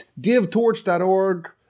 givetorch.org